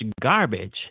garbage